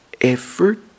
effort